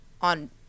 on